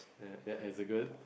ya as a good